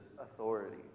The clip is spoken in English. authority